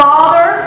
Father